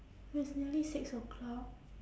it's nearly six o'clock